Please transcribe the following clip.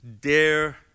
Dare